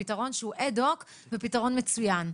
ופתרון שהוא אד-הוק ופתרון מצוין.